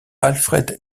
alfred